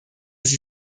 sie